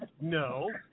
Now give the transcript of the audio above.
No